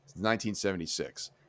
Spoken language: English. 1976